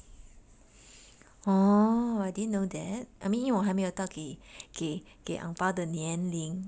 oh I didn't know that I mean 因为我还没有到给给给 and bao 的年龄